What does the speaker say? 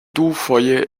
dufoje